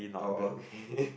oh okay